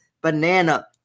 Banana